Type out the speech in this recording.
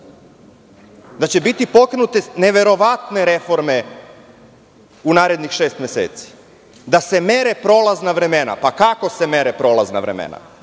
Da će biti pokrenute neverovatne reforme u narednih šest meseci. Da se mere prolazna vremena. Pa kako se mere prolazna vremena?